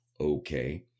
Okay